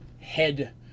head